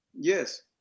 yes